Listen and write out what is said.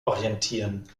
orientieren